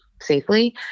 safely